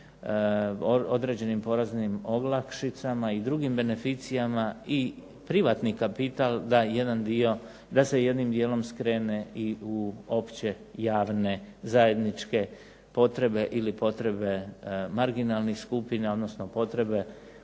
određenim poreznim olakšicama i drugim beneficijama i privatni kapital da se jednim dijelom skrene i u opće, javne, zajedničke potrebe ili potrebe marginalnih skupina odnosno potrebe